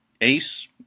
Ace